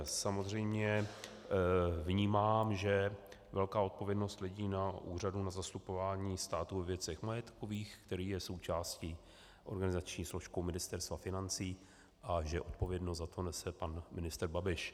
Samozřejmě vnímám, že velká odpovědnost leží na Úřadu pro zastupování státu ve věcech majetkových, který je součástí a organizační složkou Ministerstva financí, a že odpovědnost za to nese pan ministr Babiš.